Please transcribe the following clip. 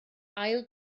ail